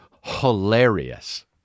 hilarious